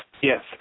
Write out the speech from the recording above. yes